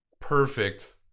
perfect